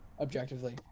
objectively